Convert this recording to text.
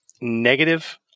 negative